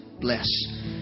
bless